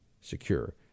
secure